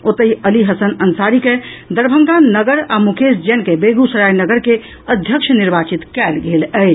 ओतहि अली हसन अंसारी को दरभंगा नगर आ मुकेश जैन के बेगूसराय नगर के अध्यक्ष निर्वाचित कयल गेल अछि